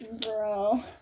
Bro